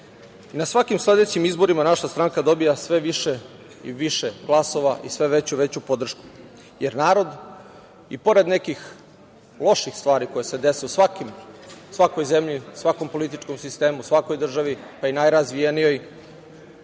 na svakim sledećim izborima naša stranka dobija sve više i više glasova i sve veću i veću podršku, jer narod i pored nekih loših stvari koje se dese u svakoj zemlji, svakom političkom sistemu, svakoj državi najrazvijenijoj,